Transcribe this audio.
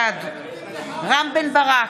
בעד רם בן ברק,